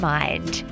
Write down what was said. mind